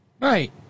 Right